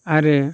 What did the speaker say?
आरो